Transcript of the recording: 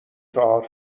چهار